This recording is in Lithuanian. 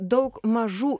daug mažų